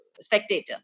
spectator